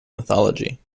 mythology